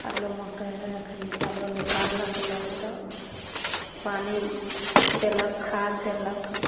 आलू मकइ हइ ताले निकालके लोग तऽ पानि देलक खाद देलक